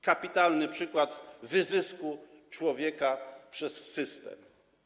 Kapitalny przykład wyzysku człowieka przez system.